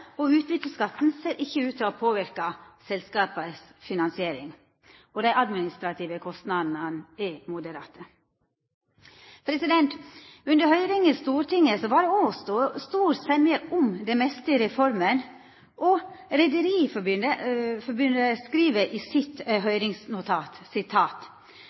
og utbytteskatten ser ikkje ut til å ha påverka selskapas finansiering. Dei administrative kostnadene er moderate. Under høyring i Stortinget var det òg stor semje om det meste i reforma. Rederiforbundet skriv i sitt